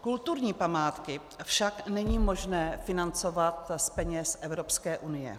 Kulturní památky však není možné financovat z peněz Evropské unie.